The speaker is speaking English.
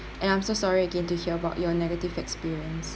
and I'm so sorry again to hear about your negative experience